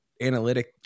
analytic